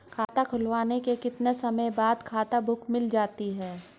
खाता खुलने के कितने समय बाद खाता बुक मिल जाती है?